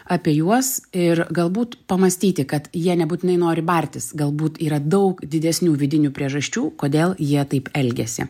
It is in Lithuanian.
apie juos ir galbūt pamąstyti kad jie nebūtinai nori bartis galbūt yra daug didesnių vidinių priežasčių kodėl jie taip elgiasi